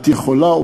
את יכולה,